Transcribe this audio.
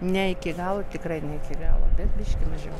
ne iki galo tikrai ne iki galo bet biški mažiau